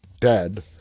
dead